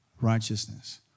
righteousness